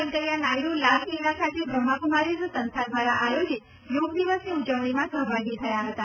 વેંકેયા નાયડ઼ લાલકિલ્લા ખાતે બ્રહ્માક્કમારીઝ સંસ્થા દ્વારા આયોજીત યોગ દિવસની ઉજવણીમાં સહભાગી થયા હતા